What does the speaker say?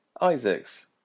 Isaacs